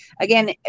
again